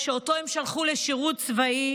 מכול, שאותו הם שלחו לשירות צבאי,